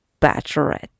bachelorette